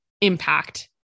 impact